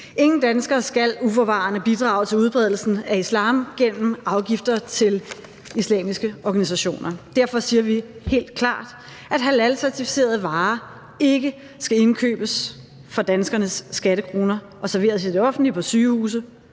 Ingen danskere skal uforvarende bidrage til udbredelsen af islam gennem afgifter til islamiske organisationer. Derfor siger vi helt klart, at halalcertificerede varer ikke skal indkøbes for danskernes skattekroner og serveres i det offentlige på sygehuse,